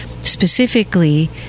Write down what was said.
specifically